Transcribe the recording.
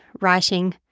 writing